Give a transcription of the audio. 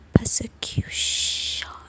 Persecution